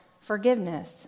forgiveness